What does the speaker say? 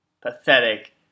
Pathetic